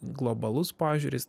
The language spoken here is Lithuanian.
globalus požiūris